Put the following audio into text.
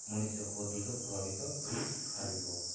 ମଣିଷକୁ ଅଧିକ ପ୍ରଭାବିତ କରିପାରିବ